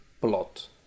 plot